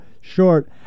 short